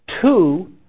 two